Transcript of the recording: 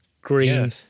green